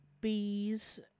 bees